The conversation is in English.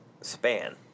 span